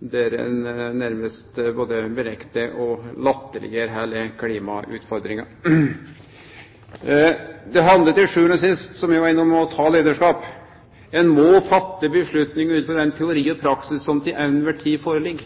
der ein nærmast både nektar for og latterleggjer heile klimautfordringa. Det handlar til sjuande og sist, som eg var innom, om å ta leiarskap. Ein må ta avgjerder ut frå den teorien og den praksisen som til kvar tid ligg føre.